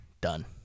Done